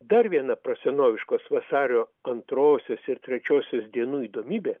dar viena prosenoviškos vasario antrosios ir trečiosios dienų įdomybė